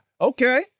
Okay